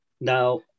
Now